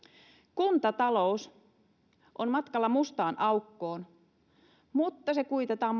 kuntatalous on matkalla mustaan aukkoon mutta se kuitataan